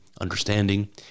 understanding